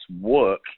work